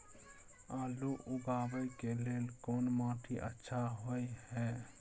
आलू उगाबै के लेल कोन माटी अच्छा होय है?